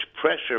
pressure